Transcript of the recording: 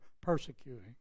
persecuting